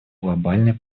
глобальной